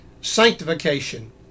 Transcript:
sanctification